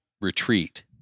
retreat